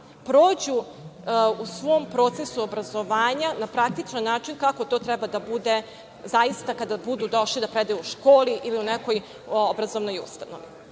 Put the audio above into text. prođu u svom procesu obrazovanja na praktičan način kako to treba da bude zaista kada budu došli da predaju u školi ili u nekoj obrazovnoj ustanovi.